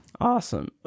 Awesome